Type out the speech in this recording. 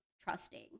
trusting